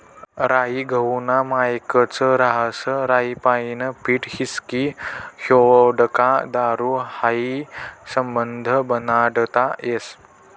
राई गहूना मायेकच रहास राईपाईन पीठ व्हिस्की व्होडका दारू हायी समधं बनाडता येस